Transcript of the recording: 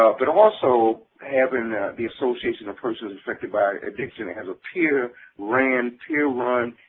ah but also having the association of persons affected by addiction as a peer ran, peer run,